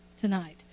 tonight